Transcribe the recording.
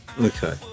Okay